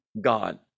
God